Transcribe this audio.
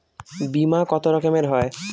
বিমা কত রকমের হয়?